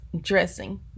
dressing